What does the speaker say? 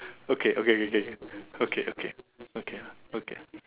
okay okay okay okay okay okay okay okay okay